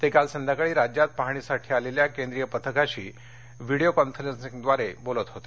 ते काल संध्याकाळी राज्यात पाहणीसाठी आलेल्या केंद्रीय पथकाशी व्हीडीओ कॉन्फरन्सिंगद्वारे बोलत होते